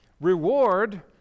reward